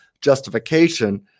justification